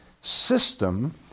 system